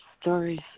stories